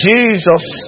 Jesus